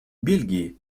бельгии